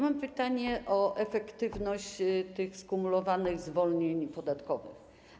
Mam pytanie o efektywność skumulowanych zwolnień podatkowych.